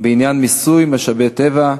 בעניין מיסוי משאבי הטבע,